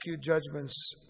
judgments